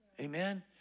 Amen